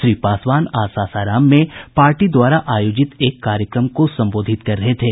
श्री पासवान आज सासाराम में पार्टी द्वारा आयोजित एक कार्यक्रम को संबोधित कर रहे थे